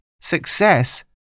Success